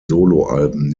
soloalben